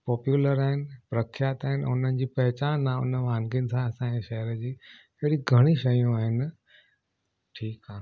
popular आहिनि प्रख्यात आहिनि ऐं उन्हनि जी पहचान आहे उन वांगियुनि सां असांजे शहर जी अहिड़ी घणी शयूं आहिनि ठीकु आहे